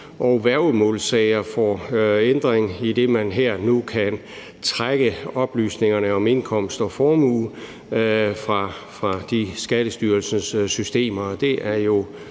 og værgemålssager er der ændringer, idet man nu kan trække oplysningerne om indkomst og formue fra Skattestyrelsens systemer.